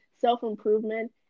self-improvement